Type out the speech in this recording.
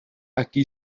aquí